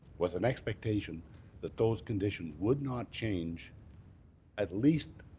with an expectation that those conditions would not change at least